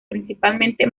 principalmente